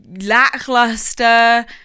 Lackluster